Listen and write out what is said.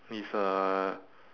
is uh